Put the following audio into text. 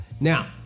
Now